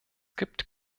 gibt